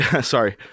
Sorry